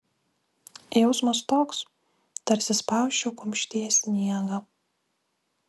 jausmas toks tarsi spausčiau kumštyje sniegą